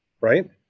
right